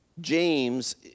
James